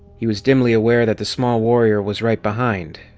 he was dimly aware that the small warrior was right behind.